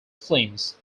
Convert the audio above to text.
films